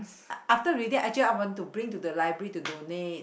after reading actually I want to bring it to the library to donate